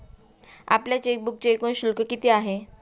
आपल्या चेकबुकचे एकूण शुल्क किती आहे?